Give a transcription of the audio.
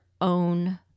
own